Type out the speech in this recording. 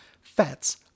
Fats